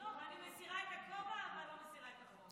אני מסירה את הכובע, אבל לא מסירה את החוק.